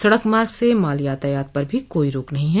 सड़क मार्ग से माल यातायात पर भी कोई रोक नहीं है